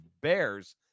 Bears